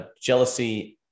jealousy